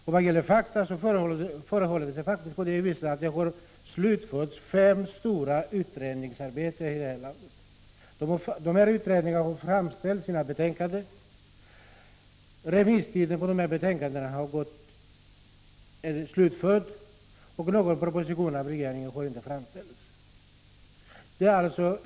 När det gäller fakta förhåller det sig så att fem stora utredningsarbeten inom detta område har slutförts här i landet. Utredningarna har lagt fram sina betänkanden, remissbehandlingen är slutförd, men någon proposition har inte lagts fram av regeringen.